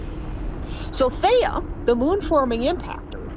so theia, the moon-forming impactor,